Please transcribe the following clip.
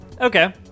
Okay